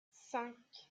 cinq